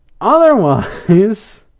otherwise